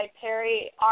Perry